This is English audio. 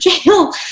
jail